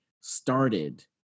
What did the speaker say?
started